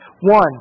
One